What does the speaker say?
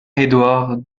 édouard